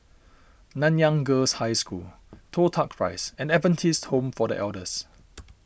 Nanyang Girls' High School Toh Tuck Rise and Adventist Home for the Elders